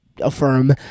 affirm